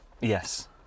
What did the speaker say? Yes